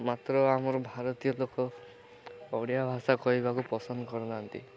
ମାତ୍ର ଆମର ଭାରତୀୟ ଲୋକ ଓଡ଼ିଆ ଭାଷା କହିବାକୁ ପସନ୍ଦ କରୁନାହାନ୍ତି